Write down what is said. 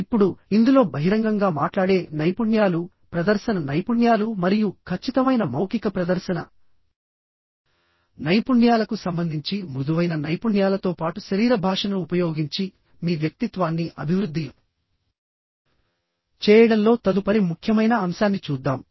ఇప్పుడుఇందులో బహిరంగంగా మాట్లాడే నైపుణ్యాలు ప్రదర్శన నైపుణ్యాలు మరియు ఖచ్చితమైన మౌఖిక ప్రదర్శన నైపుణ్యాలకు సంబంధించి మృదువైన నైపుణ్యాలతో పాటు శరీర భాషను ఉపయోగించి మీ వ్యక్తిత్వాన్ని అభివృద్ధి చేయడంలో తదుపరి ముఖ్యమైన అంశాన్ని చూద్దాం